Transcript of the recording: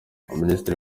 minisitiri